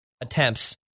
attempts